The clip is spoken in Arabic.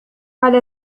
على